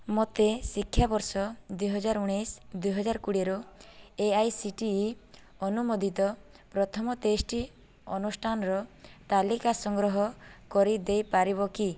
ମୋତେ ଶିକ୍ଷାବର୍ଷ ଦୁଇହଜାର ଉଣେଇଶ ଦୁଇହଜାର କୋଡ଼ିଏର A I C T E ଅନୁମୋଦିତ ପ୍ରଥମ ତେଇଶିଟି ଅନୁଷ୍ଠାନର ତାଲିକା ସଂଗ୍ରହ କରି ଦେଇପାରିବ କି